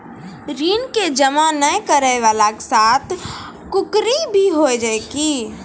ऋण के जमा नै करैय वाला के साथ कुर्की भी होय छै कि?